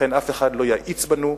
לכן אף אחד לא יאיץ בנו.